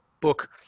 book